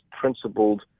principled